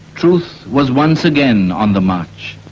truth was once again on the march.